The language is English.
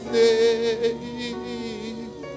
name